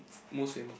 most famous